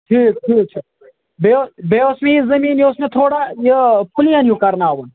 ٹھیٖک ٹھیٖک چھُ بیٚیہِ بیٚیہِ اوس مےٚ یہِ زمیٖن یہِ اوس مےٚ تھوڑا یہِ پُلین ہِیٛوٗ کَرناوُن